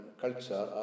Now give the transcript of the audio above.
culture